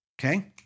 Okay